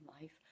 life